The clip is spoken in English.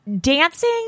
Dancing